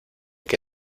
que